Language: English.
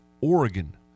Oregon